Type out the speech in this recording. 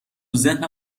ذهنم